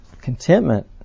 Contentment